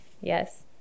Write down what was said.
Yes